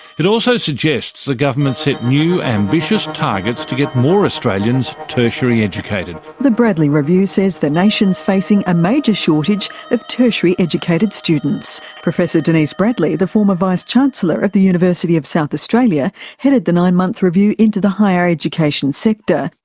it also suggests the government set new ambitious targets to get more australians tertiary educated. the bradley review says the nation is facing a major shortage of tertiary educated students. professor denise bradley, the former vice chancellor at the university of south australia headed the nine-month review into the higher education sector.